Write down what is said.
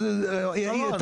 הלאה.